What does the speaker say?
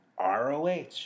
ROH